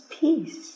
peace